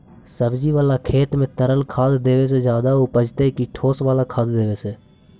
सब्जी बाला खेत में तरल खाद देवे से ज्यादा उपजतै कि ठोस वाला खाद देवे से?